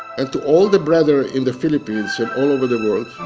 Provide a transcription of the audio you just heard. and to all the brethren in the philippines and all over the world,